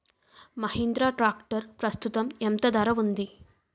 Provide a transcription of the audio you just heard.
Mahindra tractor ప్రస్తుతం ఎంత ధర ఉంది?